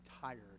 tired